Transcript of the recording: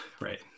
right